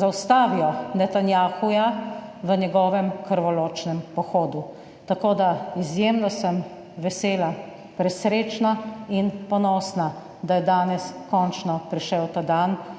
zaustavijo Netanjahuja v njegovem krvoločnem pohodu. Tako, da izjemno sem vesela, presrečna in ponosna, da je danes končno prišel ta dan,